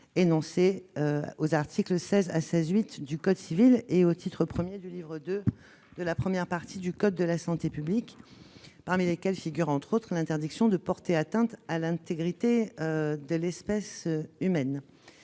énoncés aux articles 16 à 16-8 du code civil et au titre I du livre II de la première partie du code de la santé publique. Parmi ces principes figure, entre autres, l'interdiction de porter atteinte à l'intégrité de l'espèce humaine.